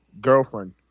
girlfriend